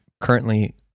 currently